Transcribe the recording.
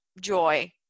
joy